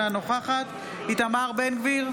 אינה נוכחת איתמר בן גביר,